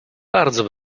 bardzo